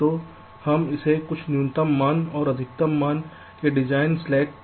तो हम इसे कुछ न्यूनतम मान और अधिकतम मान के डिजाइन स्लैक कहते हैं